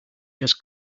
just